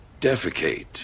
defecate